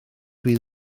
fydd